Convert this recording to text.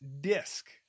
disc